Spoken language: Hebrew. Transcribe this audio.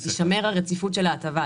תישמר הרציפות של ההטבה,